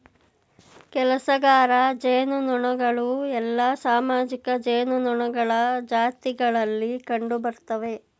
ಕೆಲಸಗಾರ ಜೇನುನೊಣಗಳು ಎಲ್ಲಾ ಸಾಮಾಜಿಕ ಜೇನುನೊಣಗಳ ಜಾತಿಗಳಲ್ಲಿ ಕಂಡುಬರ್ತ್ತವೆ